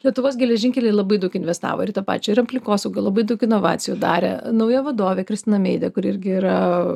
lietuvos geležinkeliai labai daug investavo ir į tą pačią ir aplinkosaugą labai daug inovacijų darė nauja vadovė kristina meidė kuri irgi yra